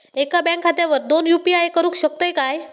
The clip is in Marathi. एका बँक खात्यावर दोन यू.पी.आय करुक शकतय काय?